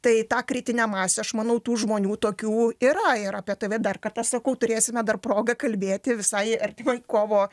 tai ta kritinė masė aš manau tų žmonių tokių yra ir apie dar kartą sakau turėsime dar progą kalbėti visai artimai kovo